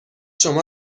شما